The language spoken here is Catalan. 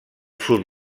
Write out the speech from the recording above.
sud